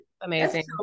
amazing